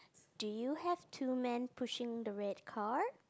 do you have two man pushing the red cart